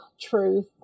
truth